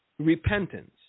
repentance